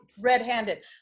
red-handed